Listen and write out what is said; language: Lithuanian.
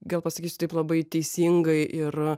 gal pasakysiu taip labai teisingai ir